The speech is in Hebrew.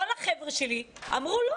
כל החבר'ה שלי אמרו: לא,